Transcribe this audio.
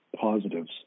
positives